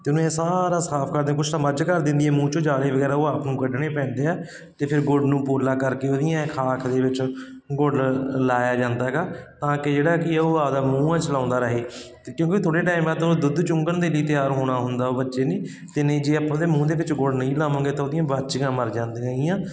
ਅਤੇ ਉਹਦਾ ਸਾਰਾ ਸਾਫ ਕਰਦੇ ਕੁਛ ਤਾਂ ਮੱਝ ਕਰ ਦਿੰਦੀ ਆ ਮੂੰਹ 'ਚੋਂ ਜਾਲੇ ਵਗੈਰਾ ਉਹ ਆਪ ਨੂੰ ਕੱਢਣੇ ਪੈਂਦੇ ਆ ਅਤੇ ਗੁੜ ਨੂੰ ਪੋਲਾ ਕਰਕੇ ਉਹਦੀਆਂ ਖਾਲਾ ਕ ਦੇ ਵਿੱਚ ਗੁੜ ਲਾਇਆ ਜਾਂਦਾ ਹੈਗਾ ਤਾਂ ਕਿ ਜਿਹੜਾ ਕੀ ਆ ਉਹ ਆਪਦਾ ਮੂੰਹ ਆ ਚਲਾਉਂਦਾ ਰਹੇ ਕਿਉਂਕਿ ਥੋੜ੍ਹੇ ਟਾਈਮ ਬਾਅਦ 'ਚ ਉਹਨੂੰ ਦੁੱਧ ਚੁੰਗਣ ਦੇ ਲਈ ਤਿਆਰ ਹੋਣਾ ਹੁੰਦਾ ਓਹ ਬੱਚੇ ਨੇ ਅਤੇ ਨਹੀਂ ਜੇ ਆਪਾਂ ਉਹਦੇ ਮੂੰਹ ਦੇ ਵਿੱਚ ਗੁੜ ਨਹੀਂ ਪਾਵਾਂਗੇ ਤਾਂ ਉਹਦੀਆਂ ਬਾਚੀਆਂ ਮਰ ਜਾਂਦੀਆਂ ਹੈਗੀਆਂ